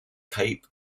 cape